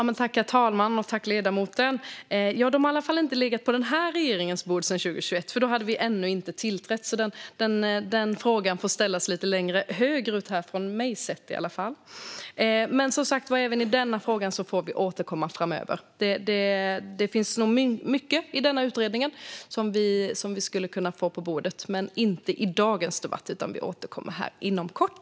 Herr talman! De har i alla fall inte legat på denna regerings bord sedan 2021, för då hade vi ju ännu inte tillträtt. Frågan får därför ställas till Socialdemokraterna. Även i denna fråga får vi återkomma framöver. Det finns säkert mycket i denna utredning som vi kan få upp på bordet - men inte i dagens debatt. Vi får återkomma inom kort.